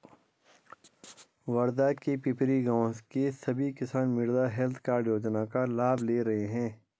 वर्धा के पिपरी गाँव के सभी किसान मृदा हैल्थ कार्ड योजना का लाभ ले रहे हैं